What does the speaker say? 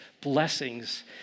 blessings